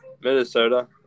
Minnesota